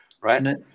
right